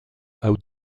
out